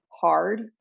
hard